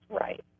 right